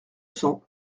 cents